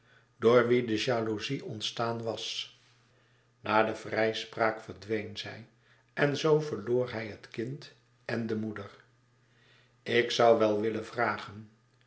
door wien de jaloezie ontstaan was na de vrijspraak verdween zij en zoo verloor hij het kind en de moeder ik zou wel willen vragen